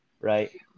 right